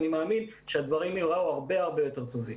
אני מאמין שהדברים יראו הרבה יותר טובים.